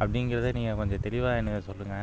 அப்படிங்கறத நீங்கள் கொஞ்சம் தெளிவாக எனக்கு சொல்லுங்கள்